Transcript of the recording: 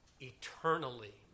eternally